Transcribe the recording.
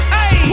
Hey